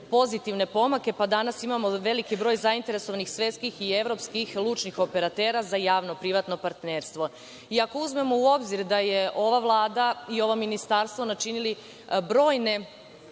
pozitivne pomake, pa danas imamo veliki broj zainteresovanih svetskih i evropskih lučnih operatera za javno privatno partnerstvo. Ako uzmemo u obzir da je ova Vlada i ovo ministarstvo načinili brojne